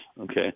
okay